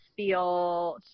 feel